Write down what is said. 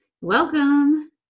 Welcome